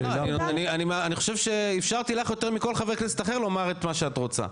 אני חושב שאפשרתי לך יותר מכל חבר כנסת אחר לומר את מה שאת רוצה.